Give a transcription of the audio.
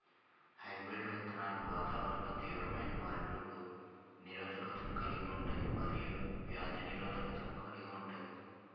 hybrid విత్తనాలు వాతావరణంలో తీవ్రమైన మార్పులకు నిరోధకతను కలిగి ఉంటాయి మరియు వ్యాధి నిరోధకతను కలిగి ఉంటాయి